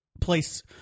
place